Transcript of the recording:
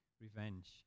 revenge